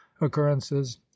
occurrences